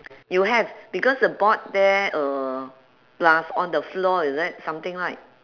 you have because the board there uh plus on the floor is it something right